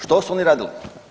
Što su oni radili?